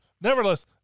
nevertheless